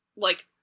like,